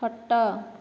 ଖଟ